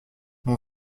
mon